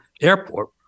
airport